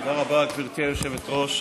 תודה רבה, גברתי היושבת-ראש.